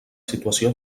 situació